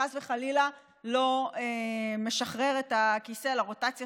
וחס וחלילה לא משחרר את הכיסא לרוטציה